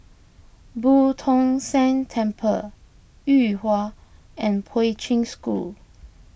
Boo Tong San Temple Yuhua and Poi Ching School